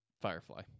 firefly